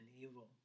evil